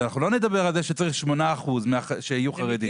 לא נדבר על זה שצריך 8% שיהיו חרדים.